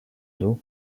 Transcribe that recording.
d’eau